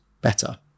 better